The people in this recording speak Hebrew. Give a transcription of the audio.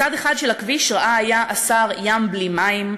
מצד אחד של הכביש ראה השר ים בלי מים,